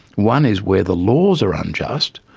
one is where the laws are unjust,